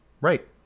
Right